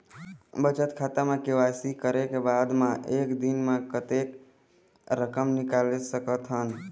बचत खाता म के.वाई.सी करे के बाद म एक दिन म कतेक रकम निकाल सकत हव?